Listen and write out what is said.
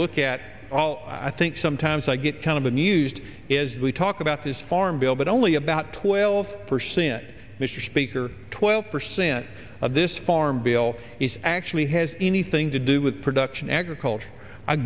look at all i think sometimes i get kind of amused is that we talk about this farm bill but only about twelve percent mr speaker twelve percent of this farm bill is actually has anything to do with production agriculture